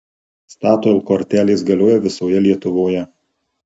statoil kortelės galioja visoje lietuvoje